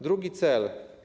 Drugi cel.